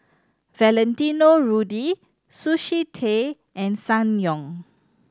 Valentino Rudy Sushi Tei and Ssangyong